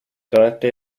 durante